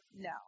No